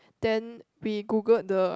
then we Googled the